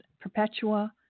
Perpetua